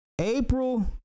April